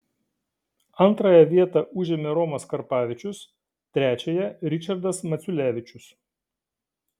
antrąją vietą užėmė romas karpavičius trečiąją ričardas maculevičius